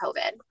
COVID